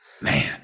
Man